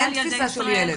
אין תפיסת ילד,